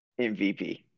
MVP